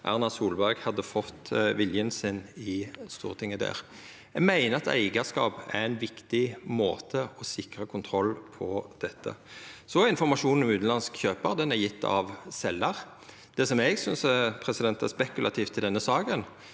Erna Solberg hadde fått viljen sin i Stortinget der. Eg meiner at eigarskap er ein viktig måte å sikra kontroll på. Informasjon om utanlandsk kjøpar er gjeven av seljar. Det eg synest er spekulativt i denne saka,